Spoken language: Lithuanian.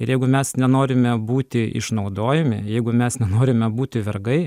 ir jeigu mes nenorime būti išnaudojami jeigu mes nenorime būti vergai